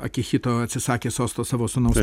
akihito atsisakė sosto savo sūnaus